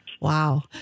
Wow